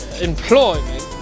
employment